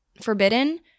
forbidden